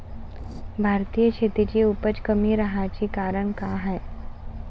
भारतीय शेतीची उपज कमी राहाची कारन का हाय?